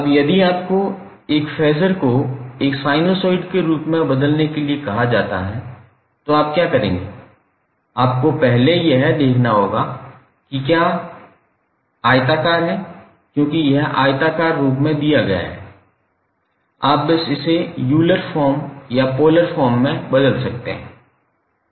अब यदि आपको एक फेज़र को एक साइनसॉइड में बदलने के लिए कहा जाता है तो आप क्या करेंगे आपको पहले यह देखना होगा कि क्या आयताकार है क्योंकि यह आयताकार रूप में दिया गया है आप बस इसे यूलर फॉर्म या पोलर फॉर्म में बदल सकते हैं